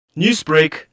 Newsbreak